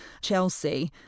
Chelsea